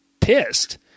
pissed